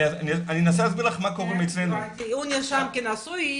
אני אנסה להסביר לך מה קורה אצלנו --- בטיעון נשוי כנשוי,